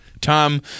Tom